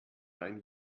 rein